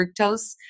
fructose